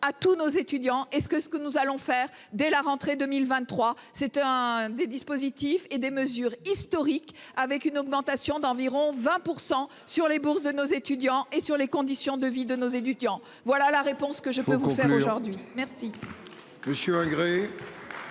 à tous nos étudiants et ce que ce que nous allons faire dès la rentrée 2023. C'était un des dispositifs et des mesures historique avec une augmentation d'environ 20% sur les bourses de nos étudiants et sur les conditions de vie de nos étudiants, voilà la réponse que je peux vous faire aujourd'hui. Monsieur